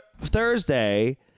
Thursday